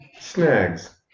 snags